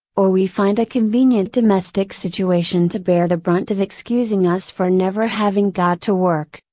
or we find a convenient domestic situation to bear the brunt of excusing us for never having got to work,